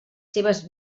seves